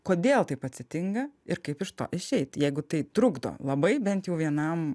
kodėl taip atsitinka ir kaip iš to išeit jeigu tai trukdo labai bent jau vienam